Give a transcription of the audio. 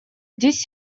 здесь